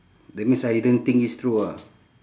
that means I didn't think this through ah